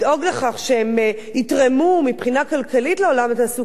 שהם יתרמו מבחינה כלכלית לעולם התעסוקה,